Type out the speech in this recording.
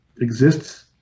exists